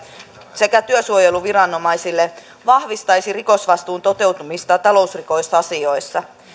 sekä työsuojeluviranomaisille vahvistaisi rikosvastuun toteutumista talousrikosasioissa